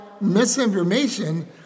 misinformation